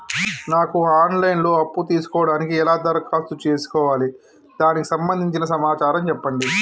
నాకు online లో అప్పు తీసుకోవడానికి ఎలా దరఖాస్తు చేసుకోవాలి దానికి సంబంధించిన సమాచారం చెప్పండి?